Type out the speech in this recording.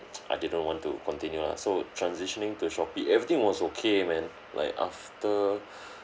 I didn't want to continue lah so transitioning to Shopee everything was okay man like after